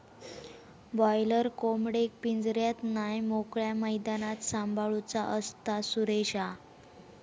boiler कोंबडेक पिंजऱ्यात नाय मोकळ्या मैदानात सांभाळूचा असता, सुरेशा